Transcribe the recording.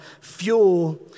fuel